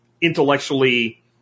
intellectually